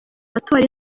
matora